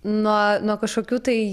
nuo nuo kažkokių tai